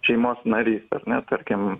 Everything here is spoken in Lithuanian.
šeimos narys ar ne tarkim